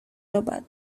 یابد